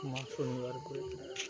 মা শনিবার করে